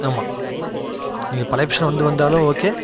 ஆமாம் நீங்கள் பழைய பஸ் ஸ்டாண்ட் வந்து வந்தாலும் ஓகே